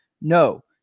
No